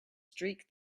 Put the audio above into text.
streak